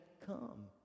come